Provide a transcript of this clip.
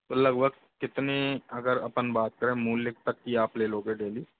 तो लगभग कितनी अगर अपन बात करे मूल्य तक की आप ले लोगे डेली